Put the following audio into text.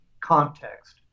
context